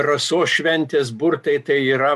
rasos šventės burtai tai yra